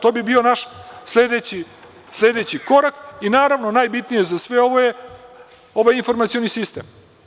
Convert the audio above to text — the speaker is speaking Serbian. To bi bio naš sledeći korak i naravno najbitnije za sve ovo je ovaj informacioni sistem.